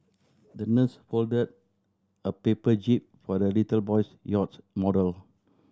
the nurse folded a paper jib for the little boy's yacht model